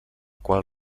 qual